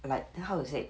like how to say